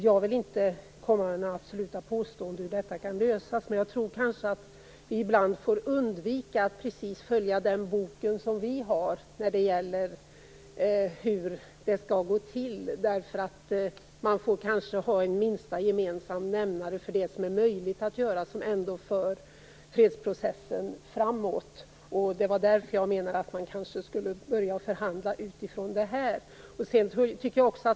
Jag vill inte komma med några absoluta påståenden om hur detta kan lösas. Men jag tror att vi ibland får lov att undvika att följa vår egen regelbok för hur det skall gå till. Man får kanske ha en minsta gemensamma nämnare för det som är möjligt att göra och som ändå kan föra fredsprocessen framåt. Därför menade jag att man kanske skall börja förhandla utifrån detta.